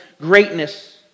greatness